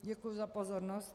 Děkuji za pozornost.